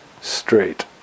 straight